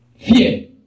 fear